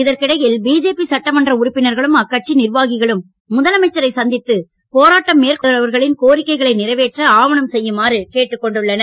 இதற்கிடையில் பிஜேபி சட்டமன்ற உறுப்பனர்களும் அக்கட்சி நிர்வாகிகளும் முதலமைச்சரை சந்தித்து போராட்டம் மேற்கொண்டுள்ளவர்களின் கோரிக்கைகளை நிறைவேற்ற ஆவணம் செய்யுமாறு கேட்டுக் கொண்டனர்